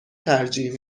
ترجیح